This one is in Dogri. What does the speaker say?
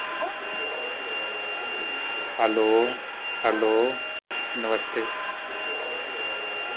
hello hello namaste